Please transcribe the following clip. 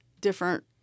different